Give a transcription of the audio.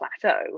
plateau